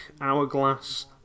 hourglass